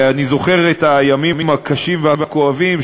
אני זוכר את הימים הקשים והכואבים,